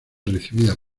recibida